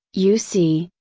you see,